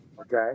okay